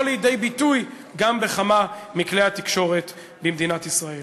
לידי ביטוי גם בכמה מכלי התקשורת במדינת ישראל.